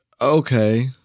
Okay